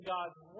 God's